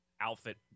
outfit